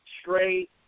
straight